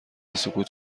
سکوت